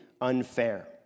unfair